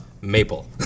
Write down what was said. Maple